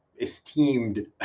esteemed